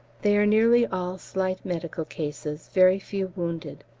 they are nearly all slight medical cases very few wounded,